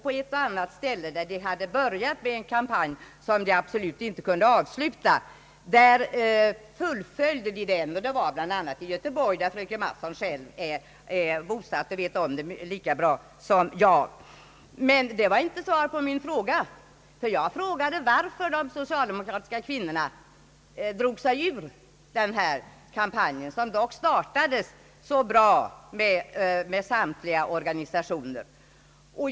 På ett och annat håll där man börjat med en kampanj som absolut inte kunde avslutas, där fullföljde man den, bl.a. i Göteborg, där fröken Mattson är bo satt och vet om detta lika bra som jag. Men det var inte svar på min fråga. Jag frågade varför de socialdemokratiska kvinnorna drog sig ur denna kampanj, som dock startades så bra med samtliga organisationer.